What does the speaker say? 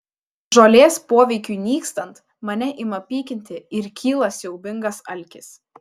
žolės poveikiui nykstant mane ima pykinti ir kyla siaubingas alkis